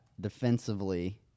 defensively